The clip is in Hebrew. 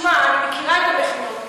תשמע, אני מכירה את המכינות.